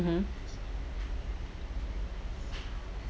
mmhmm